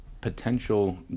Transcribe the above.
potential